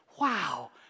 Wow